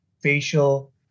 facial